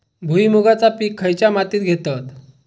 भुईमुगाचा पीक खयच्या मातीत घेतत?